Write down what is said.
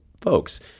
folks